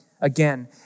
again